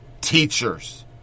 teachers